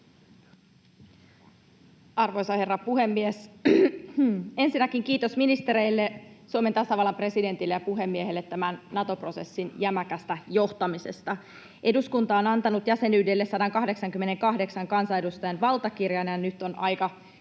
Arvoisa herra puhemies! Ensinnäkin kiitos ministereille, Suomen tasavallan presidentille ja puhemiehelle tämän Nato-prosessin jämäkästä johtamisesta. Eduskunta on antanut jäsenyydelle 188 kansanedustajan valtakirjan, ja nyt on aika hyväksyä